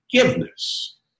forgiveness